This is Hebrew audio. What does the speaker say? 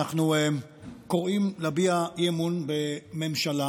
אנו קוראים להביע אי-אמון בממשלה